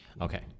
Okay